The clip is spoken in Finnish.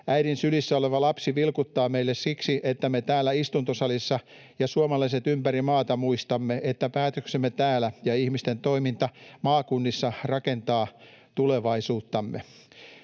Äidin sylissä oleva lapsi vilkuttaa meille siksi, että me täällä istuntosalissa — ja suomalaiset ympäri maata — muistamme, että päätöksemme täällä ja ihmisten toiminta maakunnissa rakentavat tulevaisuuttamme.